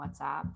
WhatsApp